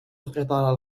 القطار